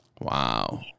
Wow